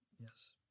Yes